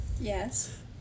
Yes